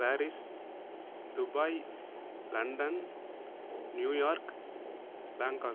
Paris Dubai London New York Bangkok